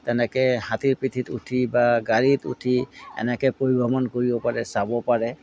তেনেকৈ হাতীৰ পিঠিত উঠি বা গাড়ীত উঠি এনেকৈ পৰিভ্ৰমণ কৰিব পাৰে চাব পাৰে